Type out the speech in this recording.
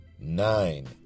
Nine